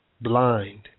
blind